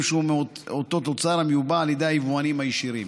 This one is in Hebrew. שהוא מאותו תוצר המיובא על ידי היבואנים הישירים.